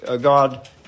God